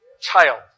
child